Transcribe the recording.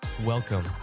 Welcome